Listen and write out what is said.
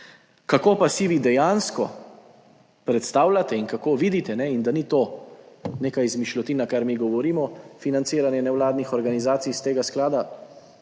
Kako pa si vi dejansko predstavljate in kako vidite in da ni to neka izmišljotina kar mi govorimo, financiranje nevladnih organizacij iz tega sklada